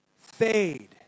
fade